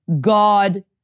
God